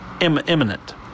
imminent